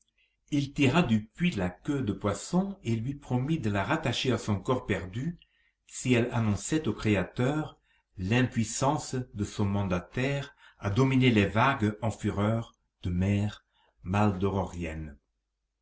il tira du puits la queue de poisson et lui promit de la rattacher à son corps perdu si elle annonçait au créateur l'impuissance de son mandataire à dominer les vagues en fureur de mer